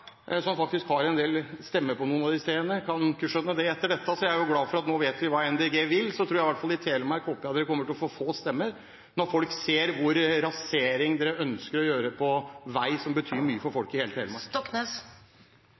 det etter dette, så jeg er jo glad for at vi nå vet hva Miljøpartiet De Grønne vil. Jeg håper de i hvert fall kommer til å få få stemmer i Telemark når folk ser hvilken rasering de ønsker på vei, som betyr mye for